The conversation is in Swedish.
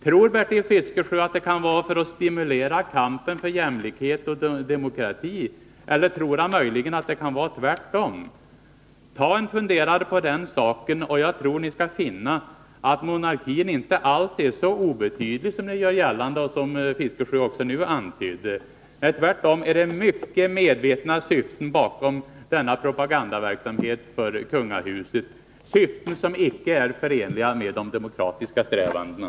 Tror Bertil Fiskesjö att det kan vara att stimulera kampen för jämlikhet och demokrati? Eller tror han möjligen att det kan vara tvärtom? Ta en funderare på den saken, och jag tror att ni skall finna att monarkin inte alls är så obetydlig som ni gör gällande — och som herr Fiskesjö också nu antydde. Tvärtom är det mycket medvetna syften bakom denna propaganda för kungahuset, syften som icke är förenliga med de demokratiska strävandena.